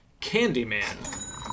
Candyman